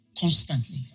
constantly